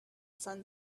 sun